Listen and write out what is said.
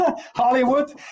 Hollywood